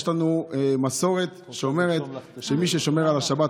יש לנו מסורת שאומרת שמי ששומר על השבת,